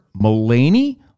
Mulaney